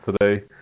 today